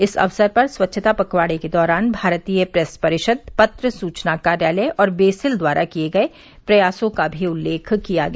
इस अवसर पर स्वच्छता पखवाड़े के दौरान भारतीय प्रेस परिषद पत्र सूचना कार्यालय और बेसिल द्वारा किए गए प्रयासों का भी उल्लेख किया गया